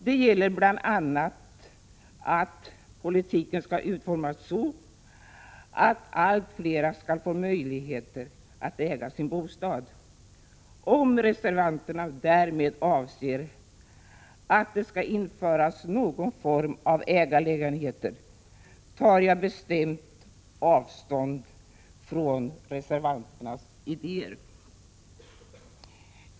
Det gäller bl.a. att politiken skall utformas så, att allt fler skall få möjligheter att äga sin bostad. Om reservanterna därmed avser att det skall införas någon form av ägarlägenheter, tar jag bestämt avstånd från reservanternas idéer.